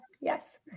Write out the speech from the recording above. yes